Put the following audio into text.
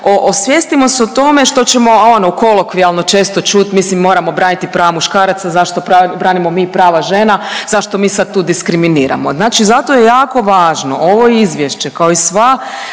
osvijestimo se o tome što ćemo, a ono kolokvijalno često čut, mislim moramo braniti prava muškaraca, zašto branimo mi prava žena, zašto mi sad tu diskriminiramo, znači zato je jako važno ovo izvješće kao i sva